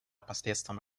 посредством